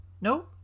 no